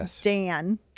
Dan